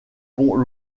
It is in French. pont